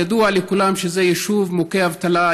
ידוע לכולם שזה יישוב מוכה אבטלה,